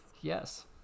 yes